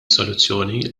soluzzjoni